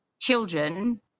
children